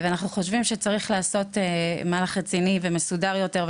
אנחנו חושבים שצריך לעשות מהלך רציני ומסודר יותר,